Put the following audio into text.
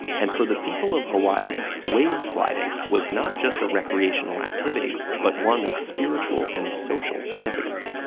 and for the people of hawaii, wave sliding was not just a recreational activity, but one with spiritual and social significance.